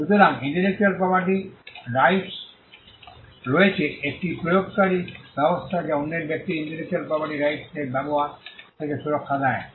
সুতরাং ইন্টেলেকচুয়াল প্রপার্টির রাইটস রয়েছে একটি প্রয়োগকারী ব্যবস্থা যা অন্যের ব্যক্তির ইন্টেলেকচুয়াল প্রপার্টির রাইটস ব্যবহার থেকে সুরক্ষা দেয়